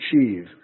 achieve